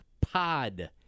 Pod